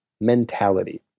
mentality